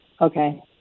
Okay